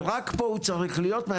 והוא צריך להיות רק פה,